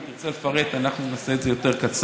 אם היא תרצה לפרט, אנחנו נעשה את זה יותר קצר.